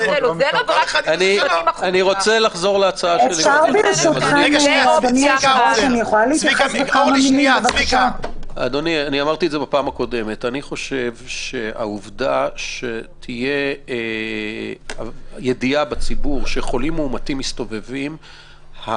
אני חושב שהעובדה שתהיה ידיעה בציבור שחולים מאומתים מסתובבים,